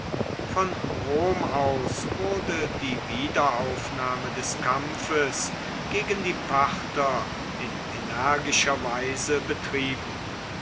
von rom aus wurde die wiederaufnahme des kampfes gegen die parther in energischer weise betrieben